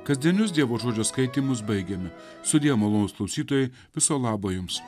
kasdienius dievo žodžio skaitymus baigėme sudie malonūs klausytojai viso labo jums